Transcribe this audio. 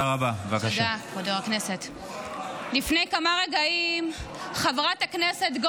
בקריאה הראשונה ותעבור לדיון בוועדת הבריאות לצורך הכנתה